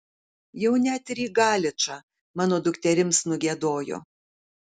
jau net ir į galičą mano dukterims nugiedojo